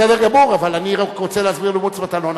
בסדר גמור, אבל אני רק רוצה להסביר למוץ מטלון.